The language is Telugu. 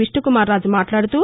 విష్ణకుమార్ రాజు మాట్లాడుతూ